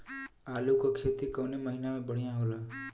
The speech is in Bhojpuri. आलू क खेती कवने महीना में बढ़ियां होला?